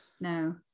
No